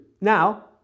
Now